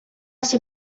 ser